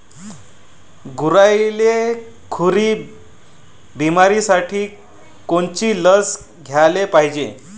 गुरांइले खुरी बिमारीसाठी कोनची लस द्याले पायजे?